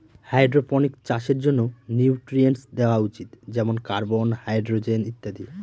hydroponics চাষের জন্য nutrients দেওয়া উচিত যেমন কার্বন, হাইড্রজেন ইত্যাদি